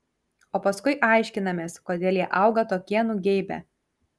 o paskui aiškinamės kodėl jie auga tokie nugeibę